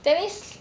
there is